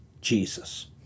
Jesus